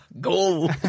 goal